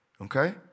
Okay